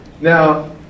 Now